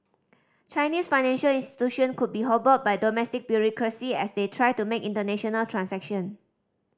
Chinese financial institution could be hobbled by domestic bureaucracy as they try to make international transaction